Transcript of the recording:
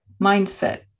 mindset